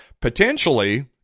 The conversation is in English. potentially